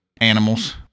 animals